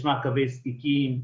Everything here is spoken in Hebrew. יש מעקבי שקיקים,